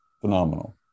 Phenomenal